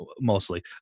mostly